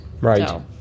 Right